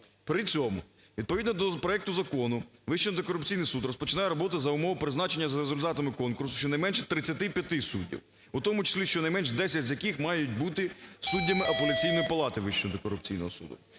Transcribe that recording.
При цьому, відповідно до проекту закону Вищий антикорупційний суд розпочинає роботу за умови призначення за умови призначення за результатами конкурсу щонайменше 35 суддів, в тому числі щонайменш 10 з яких мають бути суддями Апеляційної палати Вищого антикорупційного суду.